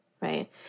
right